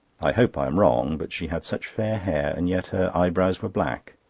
i hope i am wrong but she had such fair hair, and yet her eyebrows were black.